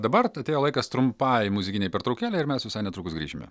dabar atėjo laikas trumpai muzikinei pertraukėlei ir mes visai netrukus grįšime